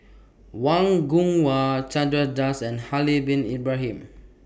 Wang Gungwu Chandra Das and Haslir Bin Ibrahim